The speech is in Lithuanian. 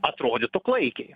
atrodytų klaikiai